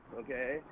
okay